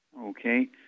Okay